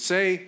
Say